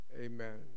Amen